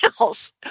else